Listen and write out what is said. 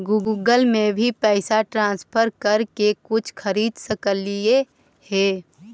Google से भी पैसा ट्रांसफर कर के कुछ खरिद सकलिऐ हे?